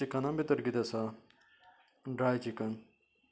चिकना भितर किदें आसा ड्राय चिकन